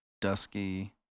dusky